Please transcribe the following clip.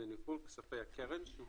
לניהול כספי הקרן, שהוא